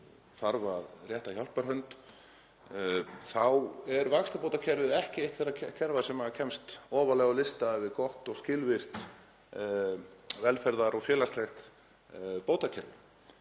þarf að rétta hjálparhönd, þá er vaxtabótakerfið ekki eitt þeirra kerfa sem kemst ofarlega á lista yfir gott og skilvirkt velferðar- og félagslegt bótakerfi.